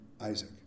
Isaac